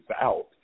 out